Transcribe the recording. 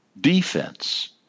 defense